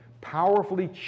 powerfully